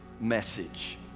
message